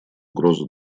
угрозу